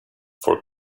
for